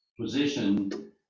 position